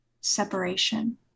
separation